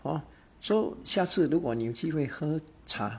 hor so 下次如果你有机会喝茶